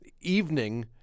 evening